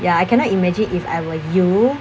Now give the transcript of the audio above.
ya I cannot imagine if I were you